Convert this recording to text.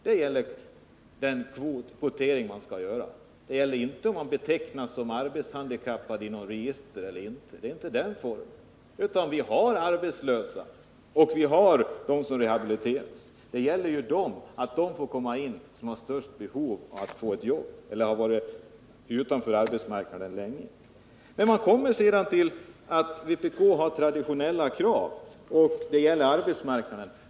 Det är en kvotering mellan dem som man skall göra, men den kvoteringen gäller inte mellan dem som betecknats som handikappade i ett register och dem som inte gör det. Det är inte den formen vi vill ha, utan vi har de arbetslösa och vi har dem som skall rehabiliteras. Det gäller ju att de som harsstörst behov av att få ett jobb får komma in eller att de får göra det som har varit utanför arbetsmarknaden länge. Men man kommer sedan till att vpk har traditionella krav när det gäller arbetsmarknaden.